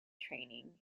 training